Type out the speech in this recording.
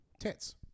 tits